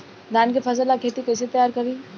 धान के फ़सल ला खेती कइसे तैयार करी?